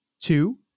Two